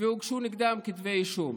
והוגשו נגדם כתבי אישום,